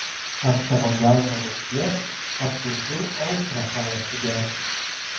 ant savo delno raukšlės atplukdžiau aušrą tau atsigerti